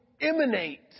emanate